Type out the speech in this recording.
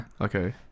Okay